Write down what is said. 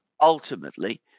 Ultimately